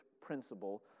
principle